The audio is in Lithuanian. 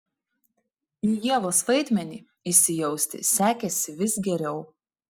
į ievos vaidmenį įsijausti sekėsi vis geriau